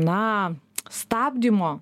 na stabdymo